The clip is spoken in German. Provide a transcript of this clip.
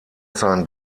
seinen